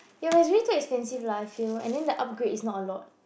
ya but it's really too expensive lah I feel and then the upgrade is not a lot